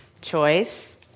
Choice